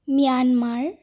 Myanmar